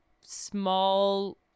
small